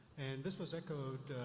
and this was echoed,